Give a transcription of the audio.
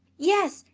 yes,